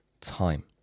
time